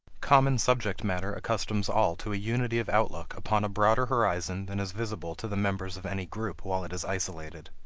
common subject matter accustoms all to a unity of outlook upon a broader horizon than is visible to the members of any group while it is isolated.